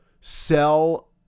sell